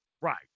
Right